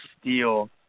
steel